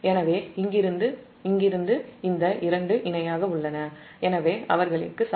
எனவே இங்கிருந்து இந்த இரண்டும் இணையாக உள்ளன